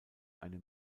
eine